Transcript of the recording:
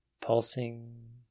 Pulsing